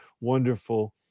wonderful